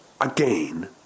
again